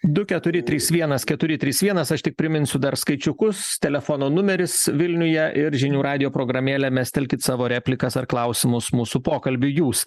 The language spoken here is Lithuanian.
du keturi trys vienas keturi trys vienas aš tik priminsiu dar skaičiukus telefono numeris vilniuje ir žinių radijo programėlė mestelkit savo replikas ar klausimus mūsų pokalbiui jūs